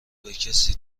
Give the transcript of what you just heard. بکسی